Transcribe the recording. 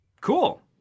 cool